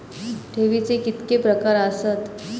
ठेवीचे कितके प्रकार आसत?